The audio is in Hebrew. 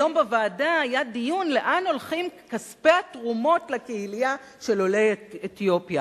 היום בוועדה היה דיון לאן הולכים כספי התרומות לקהילה של עולי אתיופיה.